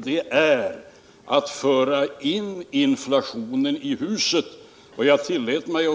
En devalvering är att föra in inflationen i huset. Jag tillät mig